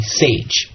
sage